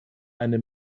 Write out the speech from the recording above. eine